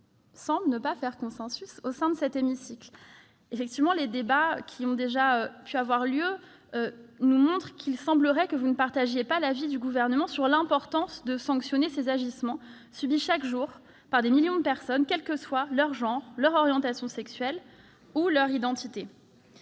semble ne pas faire consensus dans cet hémicycle. En effet, au terme des débats qui ont déjà eu lieu, il semblerait que vous ne partagiez pas l'avis du Gouvernement sur l'importance de sanctionner ces agissements subis chaque jour par des millions de personnes, quels que soient leur genre, leur orientation sexuelle ou leur identité.